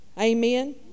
Amen